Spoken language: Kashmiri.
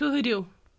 ٹھٕرِو